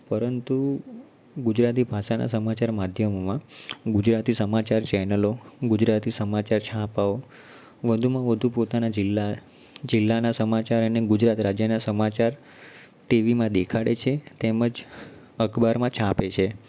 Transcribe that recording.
પરંતુ ગુજરાતી ભાષાના સમાચાર માધ્યમોમાં ગુજરાતી સમાચાર ચૅનલો ગુજરાતી સમાચાર છાપાઓ વધુમાં વધુ પોતાના જિલા જિલ્લાનાં સમાચાર અને ગુજરાત રાજ્યનાં સમાચાર ટીવીમાં દેખાડે છે તેમજ અખબારમાં છાપે છે